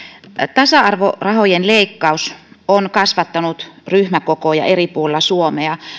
tasa arvorahojen leikkaus on kasvattanut ryhmäkokoja eri puolilla suomea